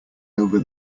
over